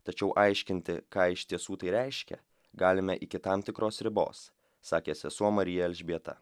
tačiau aiškinti ką iš tiesų tai reiškia galime iki tam tikros ribos sakė sesuo marija elžbieta